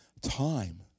time